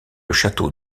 château